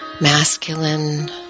masculine